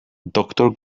doctor